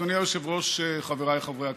אדוני היושב-ראש, חבריי חברי הכנסת,